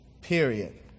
Period